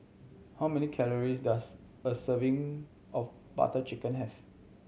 how many calories does a serving of Butter Chicken have